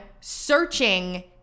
searching